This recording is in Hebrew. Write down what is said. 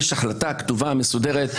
יש החלטה כתובה ומסודרת,